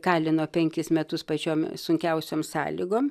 kalino penkis metus pačiom sunkiausiom sąlygom